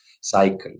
cycle